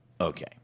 Okay